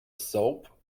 soap